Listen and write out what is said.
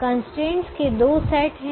constraints के दो set हैं